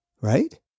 right